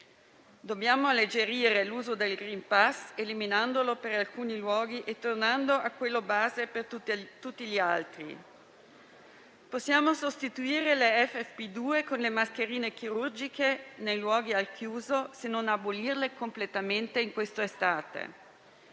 Dobbiamo alleggerire l'uso del *green pass*, eliminandolo per alcuni luoghi e tornando a quello base per tutti gli altri. Possiamo sostituire le mascherine ffp2 con quelle chirurgiche nei luoghi al chiuso, se non abolirle completamente questa estate.